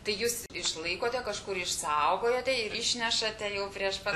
tai jūs išlaikote kažkur išsaugojote ir išnešate jau prieš pat